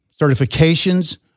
certifications